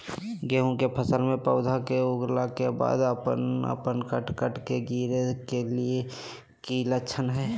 गेहूं के फसल में पौधा के उगला के बाद अपने अपने कट कट के गिरे के की लक्षण हय?